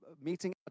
meeting